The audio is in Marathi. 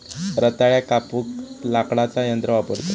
रताळ्याक कापूक लाकडाचा यंत्र वापरतत